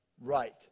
right